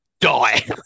die